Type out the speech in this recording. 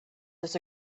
this